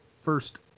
first